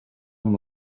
amb